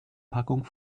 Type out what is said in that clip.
packung